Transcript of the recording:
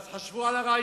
ואז חשבו על הרעיון,